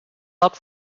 luck